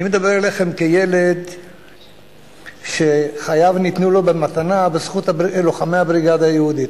אני מדבר אליכם כילד שחייו ניתנו לו במתנה בזכות לוחמי הבריגדה היהודית,